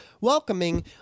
welcoming